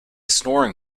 snoring